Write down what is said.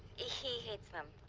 ah he hates them.